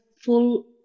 full